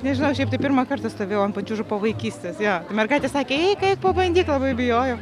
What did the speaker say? nežinau šiaip tai pirmą kartą stovėjau ant pačiūžų vaikystės jo mergaitės sakė eik eik pabandyk labai bijojau